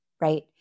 right